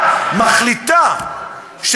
מחליטה,